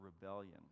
rebellion